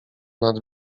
nad